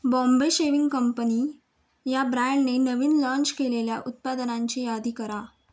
Bombay shaving company या ब्रँडने नवीन लाँच केलेल्या उत्पादनांची यादी करा